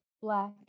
Black